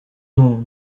non